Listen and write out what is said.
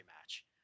match